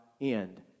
end